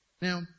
Now